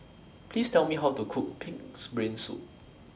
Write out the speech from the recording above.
Please Tell Me How to Cook Pig'S Brain Soup